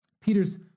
Peter's